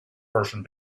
person